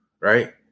right